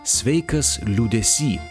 sveikas liūdesy